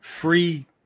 free